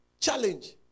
challenge